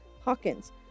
Hawkins